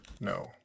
No